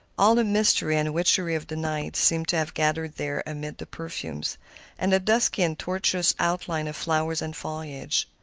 all the mystery and witchery of the night seemed to have gathered there amid the perfumes and the dusky and tortuous outlines of flowers and foliage.